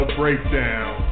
breakdown